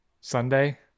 Sunday